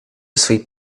sleep